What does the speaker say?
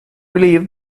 believe